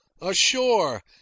ashore